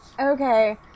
Okay